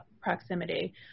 proximity